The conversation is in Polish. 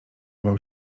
bał